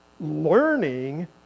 Learning